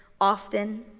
often